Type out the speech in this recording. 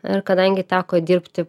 ir kadangi teko dirbti